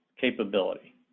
capability